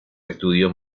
estudios